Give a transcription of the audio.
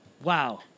wow